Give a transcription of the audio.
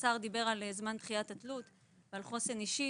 השר דיבר על דחיית התלות ועל חוסן אישי